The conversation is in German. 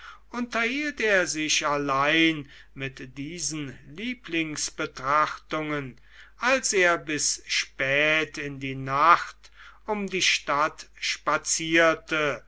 unterhielt er sich allein mit diesen lieblingsbetrachtungen als er bis spät in die nacht um die stadt spazierte